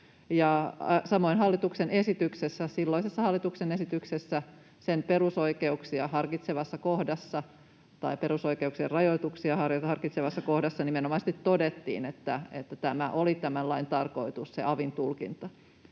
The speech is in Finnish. hallituksen esityksessä, sen perusoikeuksien rajoituksia harkitsevassa kohdassa nimenomaisesti todettiin, että tämä oli tämän lain tarkoitus, se avin tulkinta.